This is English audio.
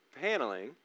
paneling